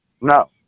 no